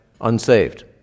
unsaved